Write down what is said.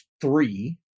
three